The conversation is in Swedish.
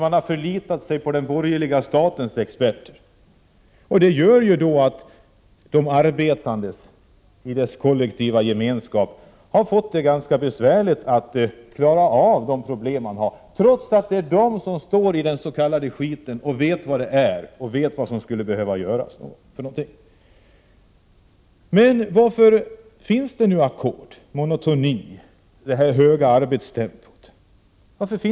Man har förlitat sig på den borgerliga statens experter, och det gör att de arbetande som kollektiv har fått det ganska besvärligt att klara av problemen, trots att det är de som står i den s.k. skiten och vet vad som skulle behöva göras. Men varför finns nu ackord, monotoni, detta höga arbetstempo?